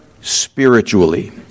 spiritually